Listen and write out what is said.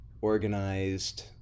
organized